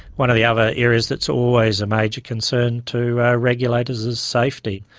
one of the other areas that's always a major concern to regulators is safety.